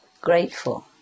grateful